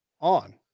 on